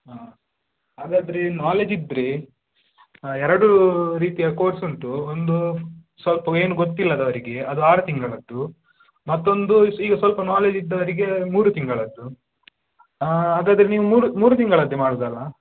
ಹಾಂ ಹಾಗಾದ್ರೆ ನಾಲೆಜ್ ಇದ್ದರೆ ಎರಡು ರೀತಿಯ ಕೋರ್ಸ್ ಉಂಟು ಒಂದು ಸ್ವಲ್ಪ ಏನೂ ಗೊತ್ತಿಲ್ಲದವರಿಗೆ ಅದು ಆರು ತಿಂಗಳದ್ದು ಮತ್ತೊಂದು ಈಗ ಸ್ವಲ್ಪ ನಾಲೆಜ್ ಇದ್ದವರಿಗೆ ಮೂರು ತಿಂಗಳದ್ದು ಹಾಗಾದ್ರೆ ನೀವು ಮೂರು ಮೂರು ತಿಂಗಳದ್ದು ಮಾಡೋದಲಾ